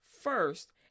first